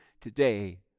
today